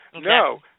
No